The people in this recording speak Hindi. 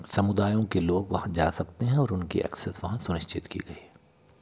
समुदायों के लोग वहाँ जा सकते हैं और उनकी एक्सेस वहाँ सुनिश्चित की गई है